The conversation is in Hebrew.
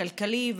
הכלכלי,